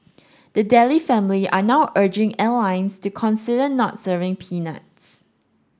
the Daley family are now urging airlines to consider not serving peanuts